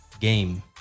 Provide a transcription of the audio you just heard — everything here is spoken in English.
game